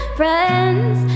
friends